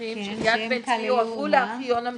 מסמכים של יד בן צבי הועברו לארכיון המדינה,